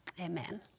amen